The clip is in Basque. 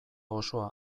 osoa